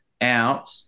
out